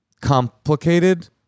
complicated